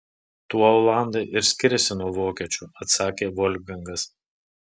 tuo olandai ir skiriasi nuo vokiečių atsakė volfgangas